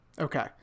Okay